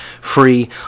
free